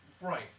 Right